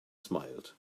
smiled